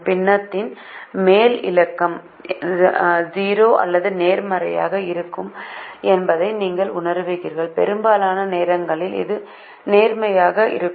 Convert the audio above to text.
பின்னத்தின் மேல் இலக்கம் 0 அல்லது நேர்மறையாக இருக்கும் என்பதை நீங்கள் உணருவீர்கள் பெரும்பாலான நேரங்களில் அது நேர்மறையாக இருக்கும்